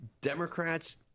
Democrats